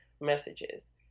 messages